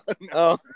No